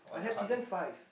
I have season five